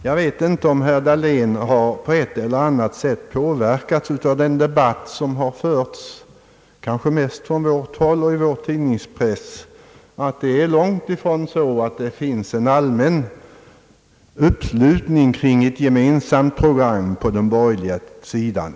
Jag vet inte om herr Dahlén har på ett eller annat sätt påverkats av den debatt som förts kanske mest på vårt håll och i vår tidningspress, nämligen att det är långt ifrån så att det finns en allmän uppslutning kring ett gemensamt program på den borgerliga sidan.